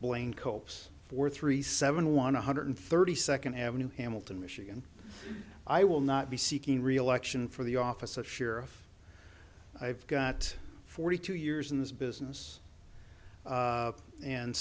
blaine cope's for three seven one hundred thirty second avenue hamilton michigan i will not be seeking reelection for the office of sheriff i've got forty two years in this business